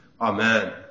Amen